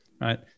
right